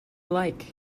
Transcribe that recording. like